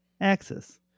axis